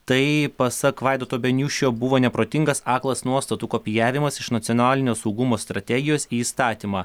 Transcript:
tai pasak vaidoto beniušio buvo neprotingas aklas nuostatų kopijavimas iš nacionalinio saugumo strategijos į įstatymą